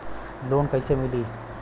Loan कइसे मिलि?